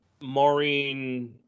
Maureen